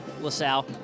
LaSalle